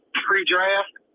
pre-draft